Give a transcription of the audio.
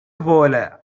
போல